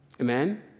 Amen